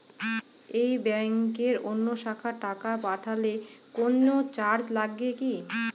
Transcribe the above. একই ব্যাংকের অন্য শাখায় টাকা পাঠালে কোন চার্জ লাগে কি?